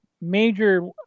major